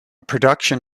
production